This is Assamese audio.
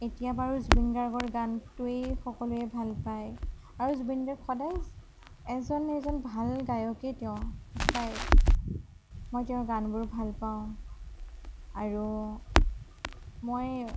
এতিয়া বাৰু জুবিন গাৰ্গৰ গানটোৱেই সকলোৱে ভাল পায় আৰু জুবিন গাৰ্গ সদায় এজন এজন ভাল গায়কেই তেওঁ সঁচাই মই তেওঁৰ গানবোৰ ভাল পাওঁ আৰু মই